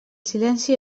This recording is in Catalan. silenci